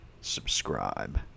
subscribe